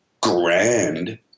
grand